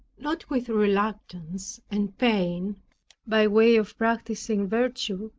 not with reluctance and pain by way of practicing virtue,